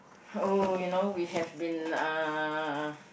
oh you know we have been uh